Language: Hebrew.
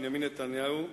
בנימין נתניהו,